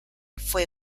fue